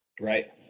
Right